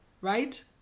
right